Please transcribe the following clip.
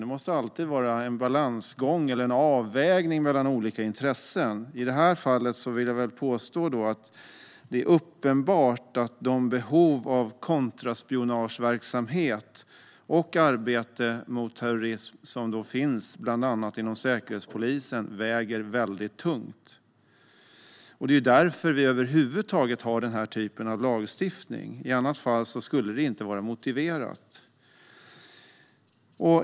Det måste alltid vara en balansgång eller en avvägning mellan olika intressen. I det här fallet vill jag påstå att det är uppenbart att de behov av kontraspionageverksamhet och arbete mot terrorism som finns bland annat inom Säkerhetspolisen väger väldigt tungt. Det är därför vi över huvud taget har den här typen av lagstiftning. I annat fall skulle det inte vara motiverat.